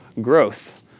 growth